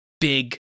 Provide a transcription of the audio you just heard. big